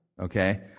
Okay